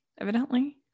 evidently